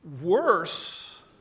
worse